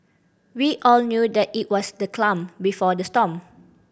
we all knew that it was the clam before the storm